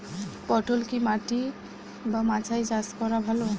পটল কি মাটি বা মাচায় চাষ করা ভালো?